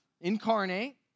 incarnate